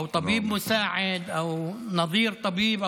או "ט'ביב מוסעד" או "נד'יר ט'ביב".